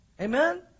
Amen